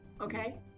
Okay